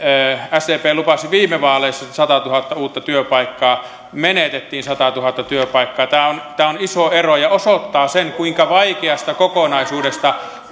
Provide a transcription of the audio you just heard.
sdp lupasi viime vaaleissa satatuhatta uutta työpaikkaa menetettiin satatuhatta työpaikkaa tämä on tämä on iso ero ja osoittaa sen kuinka vaikeasta kokonaisuudesta